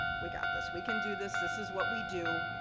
we got this, we can do this, this is what we do,